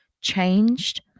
changed